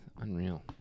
unreal